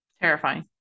terrifying